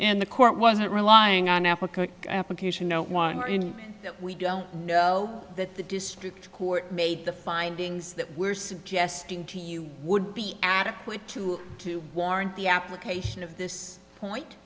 and the court wasn't relying on africa application no one are in that we don't know that the district court made the findings that we're suggesting to you would be adequate to to warrant the application of this point